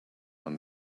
when